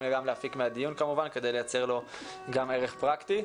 להפיק מהדיון כדי לייצר לו גם ערך פרקטי.